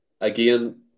again